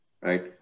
right